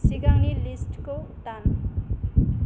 सिगांनि लिस्तखौ दान